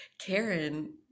Karen